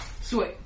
sweet